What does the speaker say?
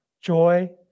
joy